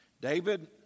David